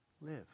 live